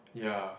ya